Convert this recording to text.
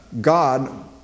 God